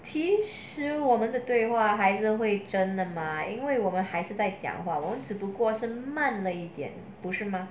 其实我们的对话还是会真的吗因为我们还是在讲话我们只不过是慢了一点不是吗